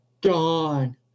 gone